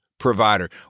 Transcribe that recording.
provider